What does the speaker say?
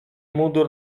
mundur